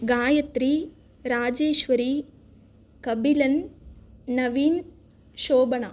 Gayatri Rajeswari Kabilan Naveen Shobana